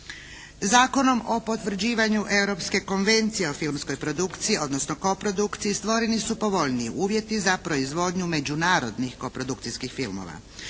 Zakonom o potvrđivanju Europske konvencije o filmskoj produkciji, odnosno koprodukciji stvoreni su povoljniji uvjeti za proizvodnju međunarodnih koprodukcijskih filmova.